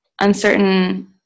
uncertain